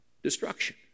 destruction